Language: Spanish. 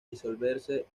disolverse